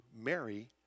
Mary